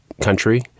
country